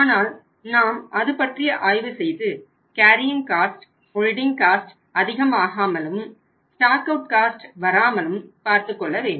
ஆனால் நாம் அது பற்றிய ஆய்வு செய்து கேரியிங் காஸ்ட் காஸ்ட் வராமலும் பார்த்துக் கொள்ள வேண்டும்